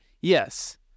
Yes